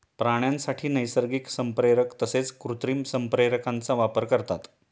प्राण्यांसाठी नैसर्गिक संप्रेरक तसेच कृत्रिम संप्रेरकांचा वापर करतात